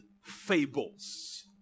fables